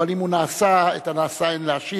אבל אם הוא נעשה, את הנעשה אין להשיב.